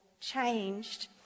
changed